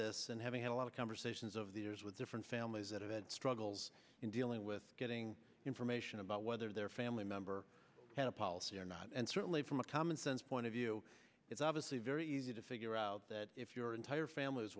this and having had a lot of conversations over the years with different families that it struggles in dealing with getting information about whether their family member had a policy or not and certainly from a common sense point of view it's obviously very easy to figure out that if your entire family is